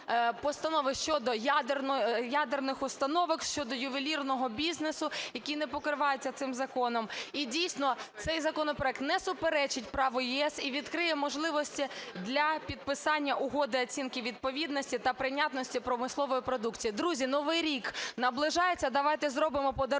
постанови щодо ядерних установок, щодо ювелірного бізнесу, які не покриваються цим законом. І дійсно цей законопроект не суперечить праву ЄС і відкриє можливості для підписання угоди оцінки відповідності та прийнятності промислової продукції. Друзі, Новий рік наближається. Давайте зробимо подарунок